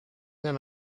then